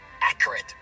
accurate